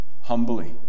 humbly